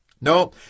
No